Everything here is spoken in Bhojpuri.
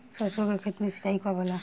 सरसों के खेत मे सिंचाई कब होला?